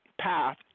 path